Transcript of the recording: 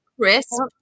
crisp